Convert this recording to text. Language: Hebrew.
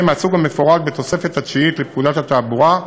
מהסוג המפורט בתוספת התשיעית לפקודת התעבורה,